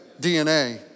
DNA